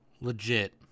Legit